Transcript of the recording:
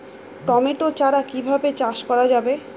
Tomato চারা কিভাবে চাষ করা যাবে?